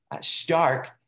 stark